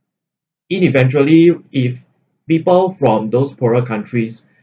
in eventually if people from those poorer countries